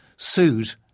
sued